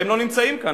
והם לא נמצאים כאן.